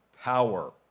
power